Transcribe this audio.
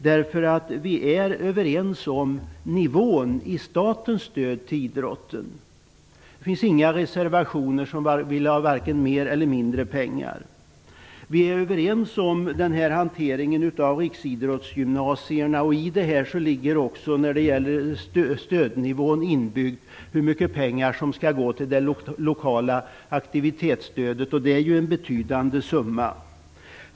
Vi är ju överens om nivån i statens stöd till idrotten. Det finns inga reservationer där man vill ha varken mer eller mindre pengar. Vi är också överens om hanteringen av riksidrottsgymnasierna. I stödnivån finns också inbyggt hur mycket pengar som skall gå till det lokala aktivitetsstödet, vilket är en betydande summa.